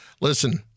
Listen